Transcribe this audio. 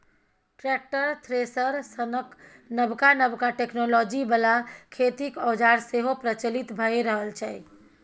tractor, thresher सनक नबका नबका टेक्नोलॉजी बला खेतीक औजार सेहो प्रचलित भए रहल छै